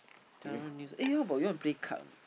cannot even use but ya you wanna play card or not